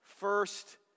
First